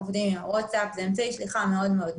עובדים עם ה-ווטסאפ וזה אמצעי שליחה מאוד מאוד נוח.